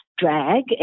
drag